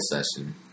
session